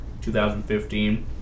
2015